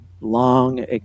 long